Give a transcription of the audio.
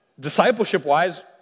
Discipleship-wise